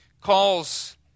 calls